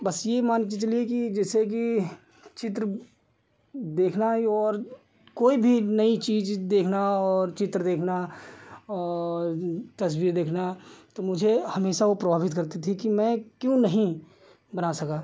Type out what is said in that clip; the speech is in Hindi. बस यह मानकर चलिए कि जैसे कि चित्र देखना और कोई भी नई चीज़ देखनी हो और चित्र देखना और तस्वीर देखना तो मुझे हमेशा वह प्रभावित करती थी कि मैं क्यों नहीं बना सका